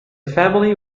family